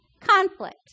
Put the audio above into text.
Conflict